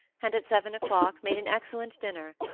and at seven o'clock made an excellent dinner.